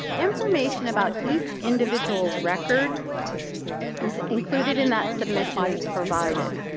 information about each individual record is included in that submission as provided.